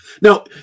now